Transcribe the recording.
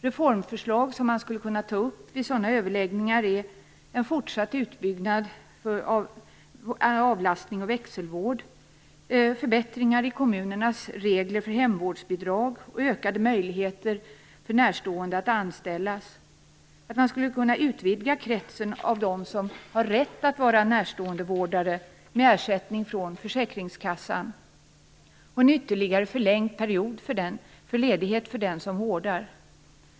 Reformförslag som man skulle kunna ta upp vid sådana överläggningar är en fortsatt utbyggnad av avlastning och växelvård, förbättringar i kommunernas regler för hemvårdsbidrag och ökade möjligheter för närstående att anställas, en utvidgning av kretsen av personer som har rätt att vara närståendevårdare med ersättning från försäkringskassan samt en ytterligare förlängd period för ledighet för dem som vårdar.